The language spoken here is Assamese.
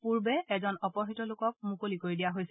পূৰ্বে এজন অপহাত লোকক মুকলি কৰি দিয়া হৈছিল